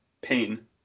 pain